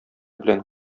белән